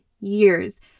years